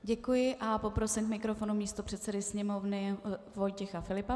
Děkuji a poprosím k mikrofonu místopředsedu Sněmovny Vojtěcha Filipa.